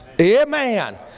Amen